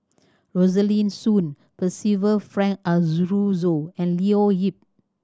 Rosaline Soon Percival Frank Aroozoo and Leo Yip